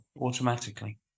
automatically